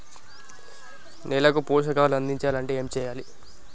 నేలకు పోషకాలు అందించాలి అంటే ఏం చెయ్యాలి?